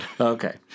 Okay